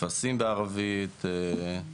טפסים בערבית,